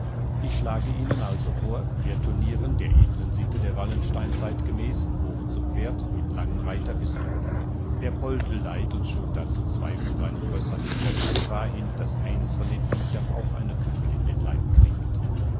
ich schlage ihnen also vor wir turnieren der edlen sitte der wallensteinzeit gemäß hoch zu pferd mit langen reiterpistolen der poldl leiht uns schon dazu zwei von seinen rössern auf die gefahr hin daß eines von den viechern auch eine kugel in den leib kriegt